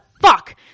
fuck